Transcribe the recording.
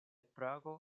prago